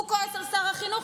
הוא כועס על שר החינוך,